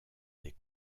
des